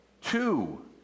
two